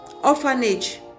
orphanage